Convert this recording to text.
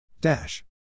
Dash